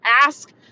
ask